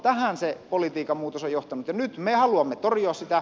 tähän se politiikan muutos on johtanut ja nyt me haluamme torjua sitä